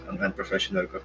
unprofessional